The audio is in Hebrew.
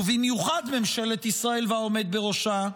ובמיוחד ממשלת ישראל והעומד בראשה,